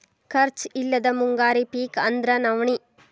ಖರ್ಚ್ ಇಲ್ಲದ ಮುಂಗಾರಿ ಪಿಕ್ ಅಂದ್ರ ನವ್ಣಿ